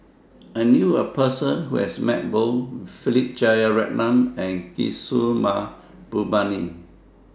I knew A Person Who has Met Both Philip Jeyaretnam and Kishore Mahbubani